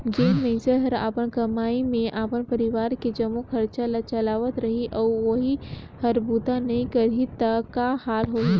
जेन मइनसे हर अपन कमई मे अपन परवार के जम्मो खरचा ल चलावत रही अउ ओही हर बूता नइ करही त का हाल होही